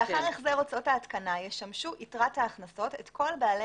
לאחר החזר הוצאות ההתקנה ישמשו יתרת ההכנסות את כל בעלי